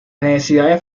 necesidades